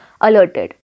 alerted